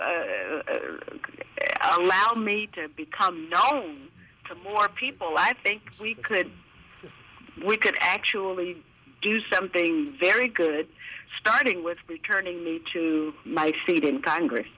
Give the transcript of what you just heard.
allow me to become known to more people i think we could we could actually do something very good starting with returning to my seat in congress